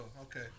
Okay